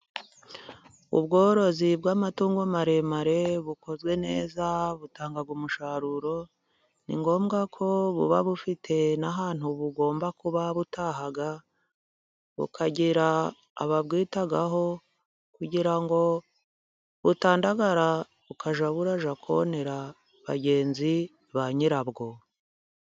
Ubworozi bw'amatungo maremare bukozwe neza butanga umusaruro. Ni ngombwa ko buba bufite n'ahantu bugomba kuba butaha, bukagira ababwitaho kugira ngo butandagara bukajya burajya konera bagenzi ba nyirabwo.